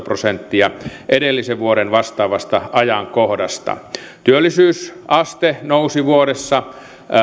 prosenttia edellisen vuoden vastaavasta ajankohdasta työllisyysaste nousi vuodessa